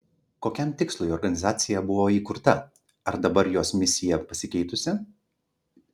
kokiam tikslui organizacija buvo įkurta ar dabar jos misija pasikeitusi